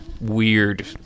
weird